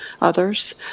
others